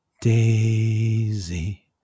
Daisy